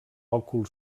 òcul